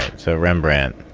so rembrandt